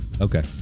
okay